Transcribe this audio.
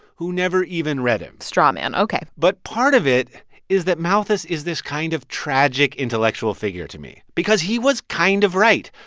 who never even read him straw man ok but part of it is that malthus is this kind of tragic intellectual figure to me because he was kind of right,